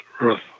Earth